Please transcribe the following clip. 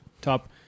top